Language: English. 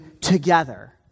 together